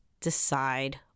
Decide